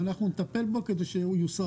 ואנחנו נטפל בו על מנת שהוא יוסר.